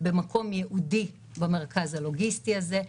במקום ייעודי במרכז הלוגיסטי הזה.